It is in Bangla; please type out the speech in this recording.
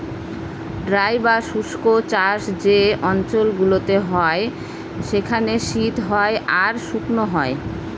ড্রাই বা শুস্ক চাষ যে অঞ্চল গুলোতে হয় সেখানে শীত হয় আর শুকনো হয়